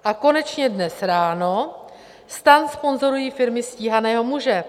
A konečně dnes ráno: STAN sponzorují firmy stíhaného muže.